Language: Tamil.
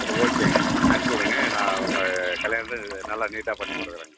அது ஓகேங்க அனுப்பிச்சு விடுங்க நான் உங்க கல்யாணத்துக்கு நல்லா நீட்டாக பண்ணிக் கொடுக்குறேங்க